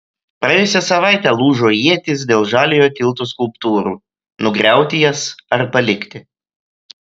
praėjusią savaitę lūžo ietys dėl žaliojo tilto skulptūrų nugriauti jas ar palikti